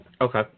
Okay